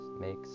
makes